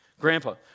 Grandpa